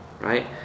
right